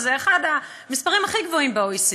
שזה אחד המספרים הכי גבוהים ב-OECD.